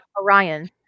Orion